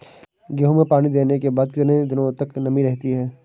गेहूँ में पानी देने के बाद कितने दिनो तक नमी रहती है?